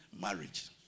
marriage